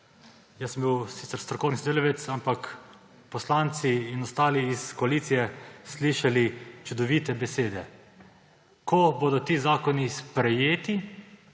jaz sem bil sicer strokovni sodelavec, ampak poslanci in ostali iz koalicije – slišali čudovite besede. Ko bodo ti zakoni sprejeti,